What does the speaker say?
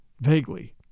vaguely